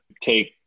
take